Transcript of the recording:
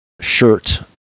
shirt